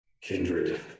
Kindred